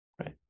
right